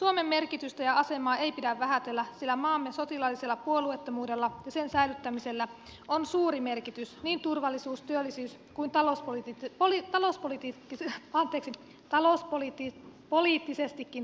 suomen merkitystä ja asemaa ei pidä vähätellä sillä maamme sotilaallisella puolueettomuudella ja sen säilyttämisellä on suuri merkitys niin turvallisuus työllisyys kuin talous voi valita laskuni pitää apetit talossa talouspoliittisestikin tarkasteltuna